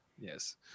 Yes